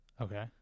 okay